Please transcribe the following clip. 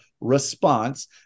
response